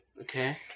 Okay